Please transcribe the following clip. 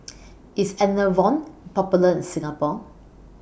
IS Enervon Popular in Singapore